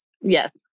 Yes